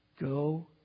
Go